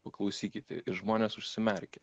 paklausykite žmonės užsimerkia